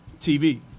TV